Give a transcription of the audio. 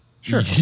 Sure